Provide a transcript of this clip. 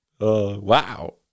wow